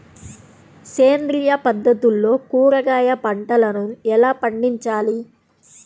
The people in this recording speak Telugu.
సేంద్రియ పద్ధతుల్లో కూరగాయ పంటలను ఎలా పండించాలి?